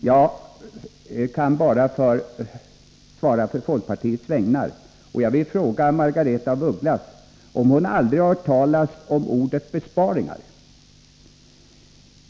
Jag kan bara uttala mig på folkpartiets vägnar, och jag vill göra det genom att fråga Margaretha af Ugglas om hon aldrig har hört talas om ordet besparingar.